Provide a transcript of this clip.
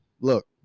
Look